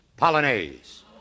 Polonaise